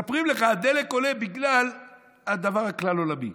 מספרים לך: הדלק עולה בגלל הדבר הכלל-עולמי.